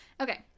Okay